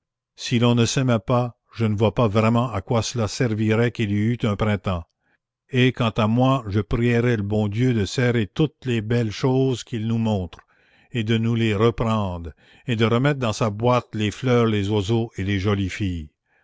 si l'on ne s'aimait pas je ne vois pas vraiment à quoi cela servirait qu'il y eût un printemps et quant à moi je prierais le bon dieu de serrer toutes les belles choses qu'il nous montre et de nous les reprendre et de remettre dans sa boîte les fleurs les oiseaux et les jolies filles